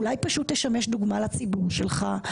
אולי פשוט תשמש דוגמה לציבור שלך?